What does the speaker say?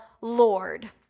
Lord